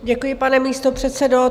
Děkuji, pane místopředsedo.